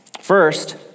First